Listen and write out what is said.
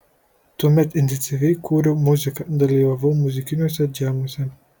tuomet intensyviai kūriau muziką dalyvavau muzikiniuose džemuose